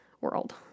world